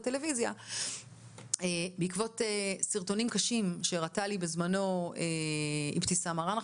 שזה בעקבות סרטונים קשים שהראתה לי בזמנו אבתיסאם מראענה,